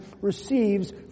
receives